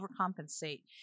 overcompensate